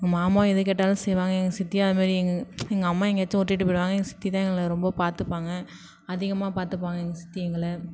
எங்கள் மாமாவும் எதுக்கேட்டாலும் செய்வாங்க எங்கள் சித்தியும் அதுமாரி எங்கள் எங்கள் அம்மா எங்கேயாச்சும் விட்டுட்டு போய்டுவாங்க எங்கள் சித்திதான் எங்களை ரொம்ப பார்த்துப்பாங்க அதிகமாக பார்த்துப்பாங்க எங்கள் சித்தி எங்களை